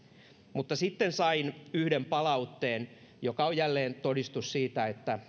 mutta sitten sain yhden palautteen joka on jälleen todistus siitä että